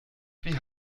wie